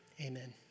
Amen